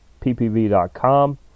PPV.com